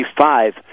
five